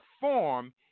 form